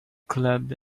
club